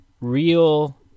real